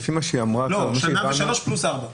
לפי מה שהבנו --- שנה ושלושה חודשים פלוס ארבע שנים.